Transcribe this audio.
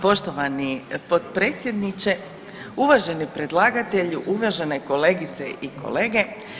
Poštovani potpredsjedniče, uvaženi predlagatelju, uvažene kolegice i kolege.